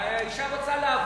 האשה רוצה לעבוד.